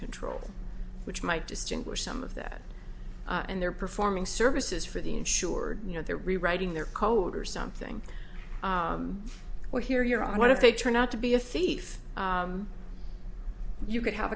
control which might distinguish some of that and they're performing services for the insured you know they're rewriting their code or something well here you're on what if they turn out to be a thief you could have